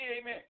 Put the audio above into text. amen